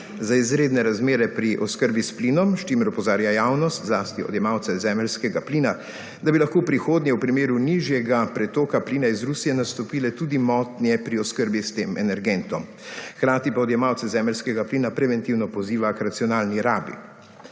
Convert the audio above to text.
za izredne razmere pri oskrbi s plinom, s čimer opozarja javnost zlasti odjemalce zemeljskega plina, da bi lahko v prihodnje v primeru nižjega pretoka plina iz Rusije nastopile tudi motnje pri oskrbi s tem energentom. Hkrati pa odjemalce zemeljskega plina preventivno poziva k racionalni rabi.